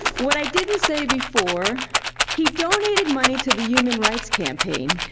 what i didn't say before he donated money to the human rights campaign,